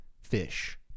fish